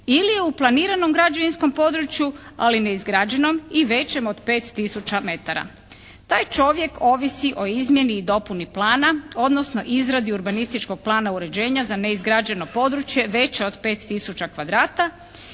ili je u planiranom građevinskom području ali neizgrađenom i većem od 5000 metara. Taj čovjek ovisi o izmjeni i dopuni plana, odnosno izradi urbanističkog plana uređenja za neizgrađeno područje veće od 5000 kvadrata